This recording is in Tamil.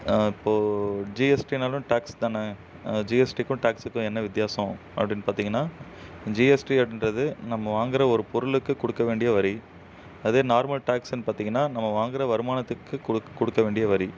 இப்போது ஜிஎஸ்டினாலும் டேக்ஸ் தானே ஜிஎஸ்டிக்கும் டேக்ஸுக்கும் என்ன வித்தியாசம் அப்படின்னு பார்த்தீங்கன்னா ஜிஎஸ்டி அப்படின்றது நம்ம வாங்குகிற ஒரு பொருளுக்குக் கொடுக்க வேண்டிய வரி அதே நார்மல் டேக்ஸுன்னு பார்த்தீங்கன்னா நம்ம வாங்குகிற வருமானத்துக்குக் கொடுக்க வேண்டிய வரி